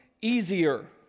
Easier